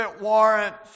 warrants